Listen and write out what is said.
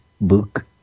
Book